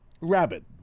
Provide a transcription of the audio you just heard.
Rabbit